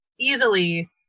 easily